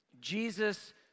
Jesus